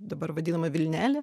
dabar vadinamą vilnelę